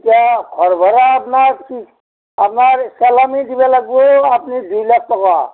এতিয়া ঘৰ ভাড়া আপোনাৰ আপোনাৰ চালানি দিব লাগিব আপুনি দুই লাখ টকা